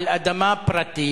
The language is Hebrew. על אדמה פרטית,